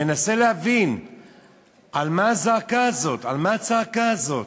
מנסה להבין על מה הזעקה הזאת, על מה הצעקה הזאת.